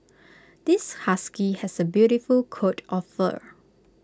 this husky has A beautiful coat of fur